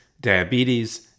diabetes